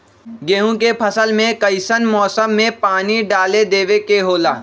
गेहूं के फसल में कइसन मौसम में पानी डालें देबे के होला?